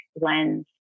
lens